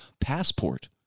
passport